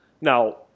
Now –